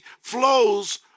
flows